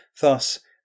Thus